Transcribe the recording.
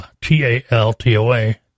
T-A-L-T-O-A